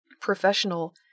Professional